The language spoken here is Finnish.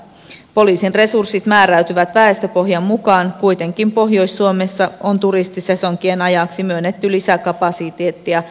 poliisin resurssit määräytyvät väestöpohjan mukaan kuitenkin pohjois suomessa on turistisesonkien ajaksi myönnetty lisäkapasiteettia